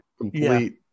complete